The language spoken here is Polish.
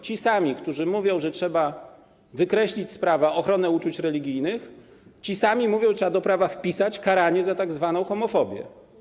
Ci sami, którzy mówią, że trzeba wykreślić z prawa ochronę uczuć religijnych, ci sami mówią, że trzeba do prawa wpisać karanie za tzw. homofobię.